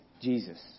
Jesus